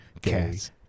cats